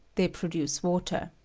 they produce water.